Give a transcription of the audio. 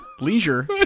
leisure-